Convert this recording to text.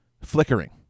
flickering